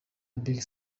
big